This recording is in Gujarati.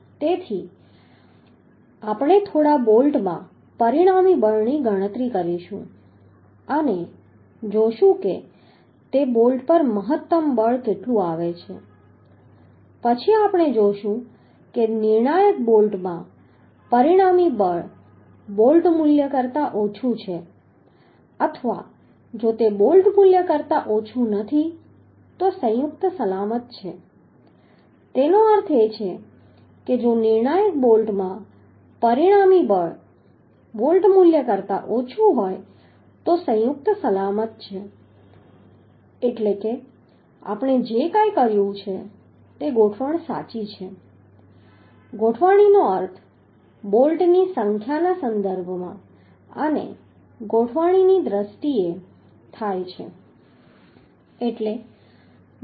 તેથી આપણે થોડા બોલ્ટમાં પરિણામી બળની ગણતરી કરીશું અને જોશું કે તે બોલ્ટ પર મહત્તમ બળ કેટલું આવે છે પછી આપણે જોશું કે નિર્ણાયક બોલ્ટમાં પરિણામી બળ બોલ્ટ મૂલ્ય કરતાં ઓછું છે અથવા જો તે બોલ્ટ મૂલ્ય કરતાં ઓછું નથી તો સંયુક્ત સલામત છે તેનો અર્થ એ છે કે જો નિર્ણાયક બોલ્ટમાં પરિણામી બળ બોલ્ટ મૂલ્ય કરતાં ઓછું હોય તો સંયુક્ત સલામત છે એટલે કે આપણે જે કંઈ કર્યું છે તે ગોઠવણ સાચી છે ગોઠવણીનો અર્થ બોલ્ટની સંખ્યાના સંદર્ભમાં અને ગોઠવણીની દ્રષ્ટિએ થાય છે